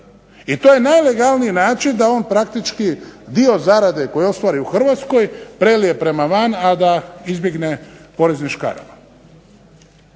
i to je najlegalniji način da on praktički dio zarade koju ostvari u Hrvatskoj prelije prema van, a da izbjegne poreznim škarama.